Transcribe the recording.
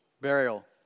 burial